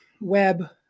web